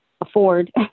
afford